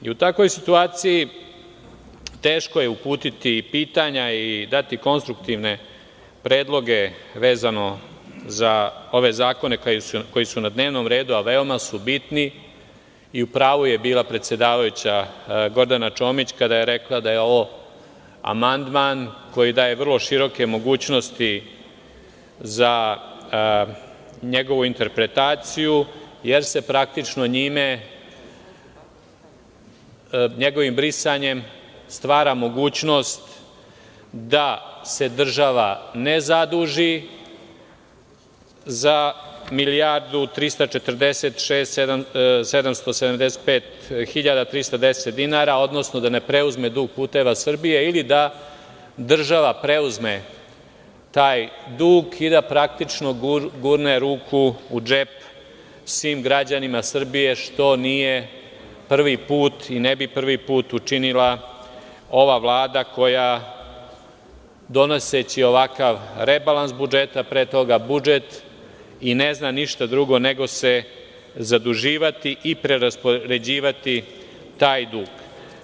U takvoj situaciji teško je uputiti pitanja i dati konstruktivne predloge vezano za ove zakone koji su na dnevnom redu, a veoma su bitni i u pravu je bila predsedavajuća Gordana Čomić kada je rekla da je ovo amandman koji daje vrlo široke mogućnosti za njegovu interpretaciju jer se praktično njime, njegovim brisanjem stvara mogućnost da se država ne zaduži za 1.346.775.310 dinara, odnosno da ne preuzme dug "Puteva Srbije" ili da država preuzme taj dug i da praktično gurne ruku u džep svim građanima Srbije, što nije prvi put i ne bi prvi put učinila ova vlada koja donoseći ovakav rebalans budžeta, pre toga budžet i ne zna ništa drugo nego se zaduživati i preraspoređivati taj dug.